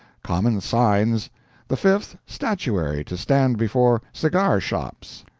common signs the fifth, statuary to stand before cigar shops.